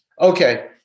okay